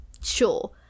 sure